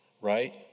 Right